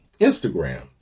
Instagram